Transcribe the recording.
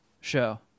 show